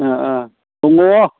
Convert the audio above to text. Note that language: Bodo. ओ ओ दङ